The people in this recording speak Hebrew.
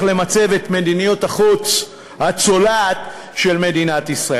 למצב את מדיניות החוץ הצולעת של מדינת ישראל.